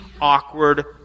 awkward